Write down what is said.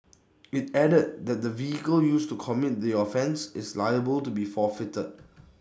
IT added that the vehicle used to commit the offence is liable to be forfeited